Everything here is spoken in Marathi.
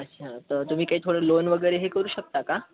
अच्छा तर तुम्ही काही थोडं लोन वगैरेही करू शकता का